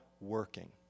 working